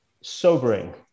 sobering